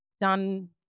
done